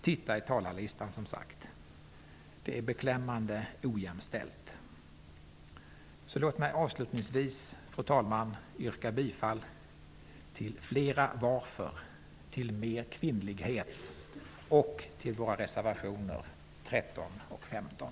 Titta på talarlistan. Den är beklämmande ojämställd. Fru talman! Låt mig avslutningsvis yrka bifall till flera varför, till mer kvinnlighet och till våra reservationer 13 och 15.